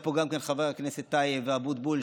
נמצאים פה גם חברי הכנסת טייב ואבוטבול,